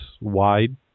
wide